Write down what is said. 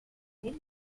what